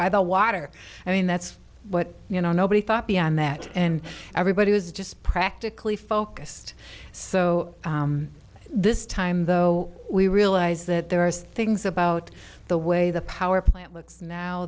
by the water i mean that's what you know nobody thought beyond that and everybody was just practically focused so this time though we realize that there are things about the way the power plant looks now